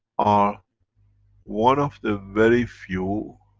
are one of the very few,